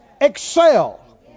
Excel